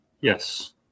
Yes